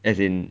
as in